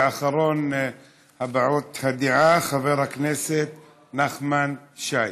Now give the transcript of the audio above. אחרון להבעת הדעה, חבר הכנסת נחמן שי,